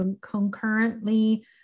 concurrently